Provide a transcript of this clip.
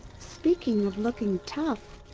speaking of looking tough.